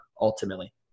ultimately